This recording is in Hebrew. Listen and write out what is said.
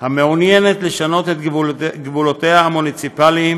המעוניינת לשנות את גבולותיה המוניציפליים